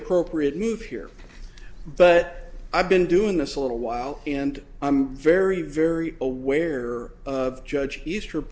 appropriate move here but i've been doing this a little while and i'm very very aware of judge easter